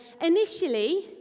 initially